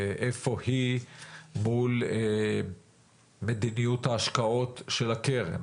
איפה היא מול מדיניות ההשקעות של הקרן,